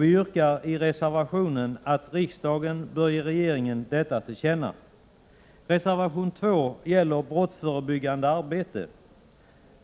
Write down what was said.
Vi yrkar i reservation 1 att riksdagen skall ge regeringen detta till känna. Reservation 2 gäller brottsförebyggande arbete.